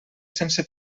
sense